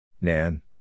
Nan